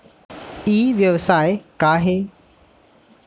ई व्यवसाय का हे?